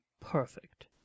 perfect